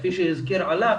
כפי שהזכיר עלא,